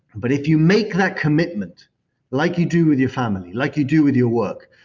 but if you make that commitment like you do with your family, like you do with your work,